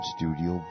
Studio